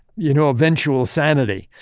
you know, eventual sanity.